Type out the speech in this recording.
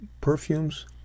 perfumes